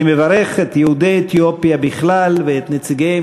אני מברך את יהודי אתיופיה בכלל ואת נציגיהם